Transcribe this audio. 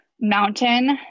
mountain